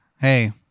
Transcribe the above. hey